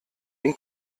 den